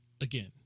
again